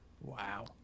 Wow